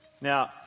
Now